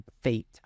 fate